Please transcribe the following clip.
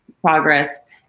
progress